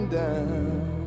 down